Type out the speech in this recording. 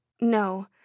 no